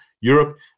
Europe